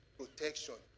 protection